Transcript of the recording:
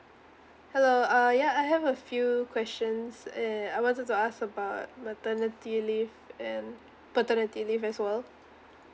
hello uh ya I have a few questions and I wanted to ask about maternity leave and paternity leave as well